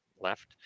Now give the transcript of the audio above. left